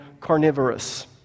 carnivorous